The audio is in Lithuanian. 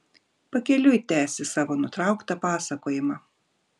pakeliui tęsi savo nutrauktą pasakojimą